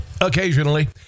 Occasionally